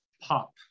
pop